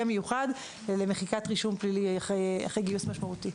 מיוחד למחיקת רישום פלילי אחרי גיוס משמעותי.